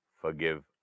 forgive